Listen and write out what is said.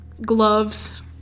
gloves